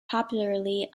popularly